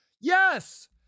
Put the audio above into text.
Yes